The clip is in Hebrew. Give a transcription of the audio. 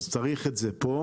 אז צריך את זה פה,